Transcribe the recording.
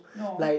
no